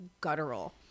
guttural